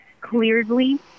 clearly